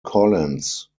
collins